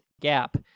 gap